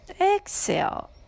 exhale